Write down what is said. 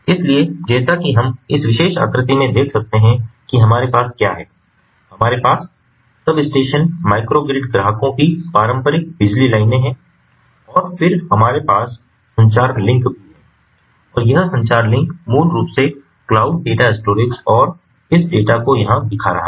इसलिए जैसा कि हम इस विशेष आकृति में देख सकते हैं कि हमारे पास क्या है हमारे पास सबस्टेशन माइक्रो ग्रिड ग्राहकों की पारंपरिक बिजली लाइनें हैं और फिर हमारे पास संचार लिंक भी है और यह संचार लिंक मूल रूप से क्लाउड डेटा स्टोरेज और इस डेटा को यहां दिखा रहा है